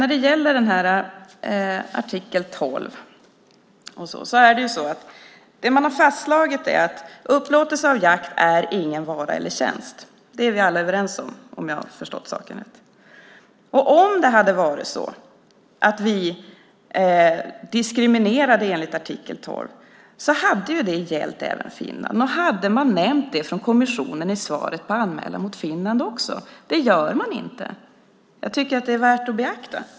När det gäller artikel 12 har man ju fastslagit att upplåtelse av jakt inte är någon vara eller tjänst. Det är vi alla överens om, om jag har förstått saken rätt. Och om det hade varit så att vi diskriminerade enligt artikel 12 hade ju det gällt även Finland. Då hade man nämnt det från kommission i svaret på anmälan mot Finland också. Det gör man inte. Jag tycker att det är värt att beakta.